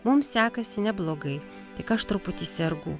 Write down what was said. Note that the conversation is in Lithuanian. mum sekasi neblogai tik aš truputį sergu